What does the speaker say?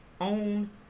own